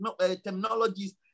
technologies